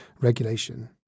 regulation